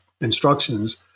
instructions